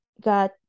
got